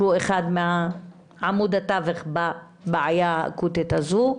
שהוא אחד מעמודי התווך בבעיה האקוטית הזו.